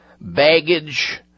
baggage